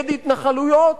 נגד התנחלויות,